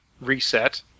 reset